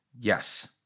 Yes